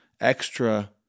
extra